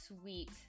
sweet